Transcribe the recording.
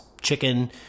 chicken